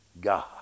God